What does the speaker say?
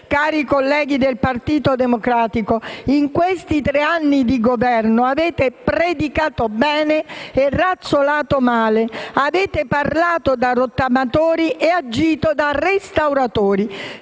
Cari colleghi del Partito Democratico, in questi tre anni di governo avete predicato bene e razzolato male, avete parlato da rottamatori e agito da restauratori.